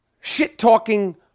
shit-talking